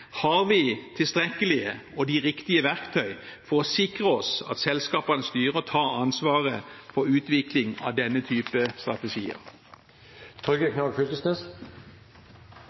har vi tilstrekkelige og riktige verktøy for å sikre oss at selskapenes styrer tar ansvaret for utvikling av denne typen strategier?